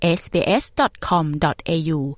sbs.com.au